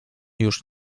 już